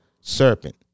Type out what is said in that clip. serpent